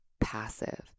passive